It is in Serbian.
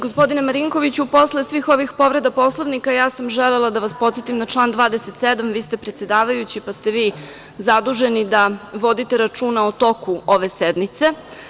Gospodine Marinkoviću, posle svih ovih povreda Poslovnika ja sam želela da vas podsetim na član 27, vi ste predsedavajući pa ste vi zaduženi da vodite računa o toku ove sednice.